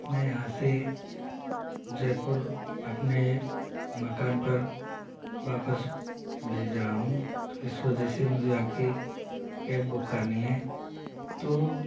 मैं यहाँ से जयपुर अपने मकान पर वापस भेज रहा हूँ तो इस वजह से मुझे आपके कैब बुक करनी है तो